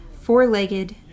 four-legged